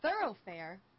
thoroughfare